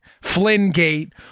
Flynn-gate